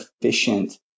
efficient